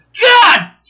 God